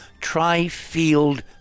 tri-field